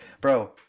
Bro